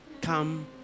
Come